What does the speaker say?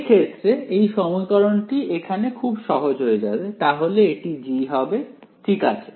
সেই ক্ষেত্রে এই সমীকরণটি এখানে খুব সহজ হয়ে যায় তাহলে এটি G হবে ঠিক আছে